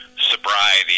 sobriety